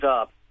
up